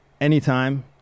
Anytime